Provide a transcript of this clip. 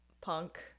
punk